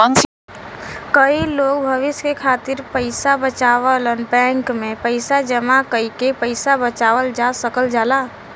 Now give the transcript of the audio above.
कई लोग भविष्य के खातिर पइसा बचावलन बैंक में पैसा जमा कइके पैसा बचावल जा सकल जाला